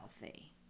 healthy